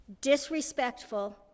disrespectful